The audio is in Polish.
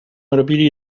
robili